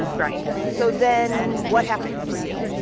and right so then what happened for you?